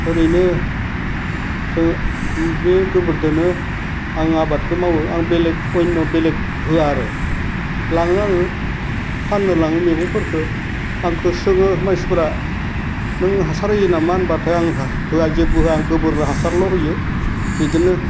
ओरैनो जोङो ओह बे गोबोरजोंनो आङो आबादखौ मावयो आं बेलेग अयन' बेलेग होया आरो लाङो आङो फान्नो लाङो मेगं फोरखौ आंखौ सोङो मानसिफ्रा नों हासार होयो नामा होनबाथाय आं होया होया जेबो होया आं गोबोर हासारल' होयो बेजोंनो